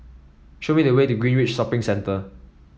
show me the way to Greenridge Shopping Centre